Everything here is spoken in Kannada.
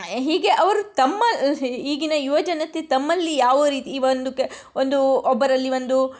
ಹೀಗೆ ಅವರು ತಮ್ಮ ಈಗಿನ ಯುವ ಜನತೆ ತಮ್ಮಲ್ಲಿ ಯಾವ ರೀತಿ ಈ ಒಂದು ಕ ಒಂದು ಒಬ್ಬರಲ್ಲಿ ಒಂದು